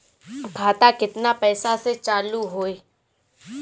खाता केतना पैसा से चालु होई?